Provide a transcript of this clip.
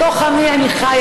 בתוך עמי אני חיה,